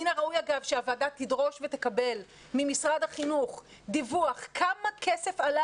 מן הראוי שהוועדה תדרוש ותקבל ממשרד החינוך דיווח על כמה כסף עלה